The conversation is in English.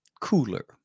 cooler